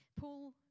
Paul